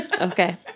okay